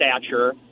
stature